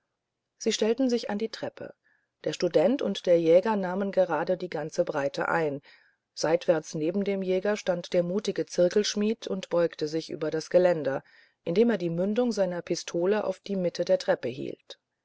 sie stellten sich an die treppe der student und der jäger nahmen gerade ihre ganze breite ein seitwärts neben dem jäger stand der mutige zirkelschmidt und beugte sich über das geländer indem er die mündung seiner pistole auf die mitte der treppe hielt